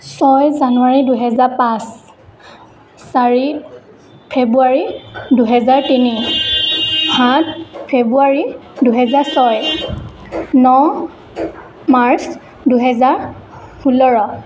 ছয় জানুৱাৰী দুহেজাৰ পাঁচ চাৰি ফেব্ৰুৱাৰী দুহেজাৰ তিনি সাত ফেব্ৰুৱাৰী দুহেজাৰ ছয় ন মাৰ্চ দুহেজাৰ ষোল্ল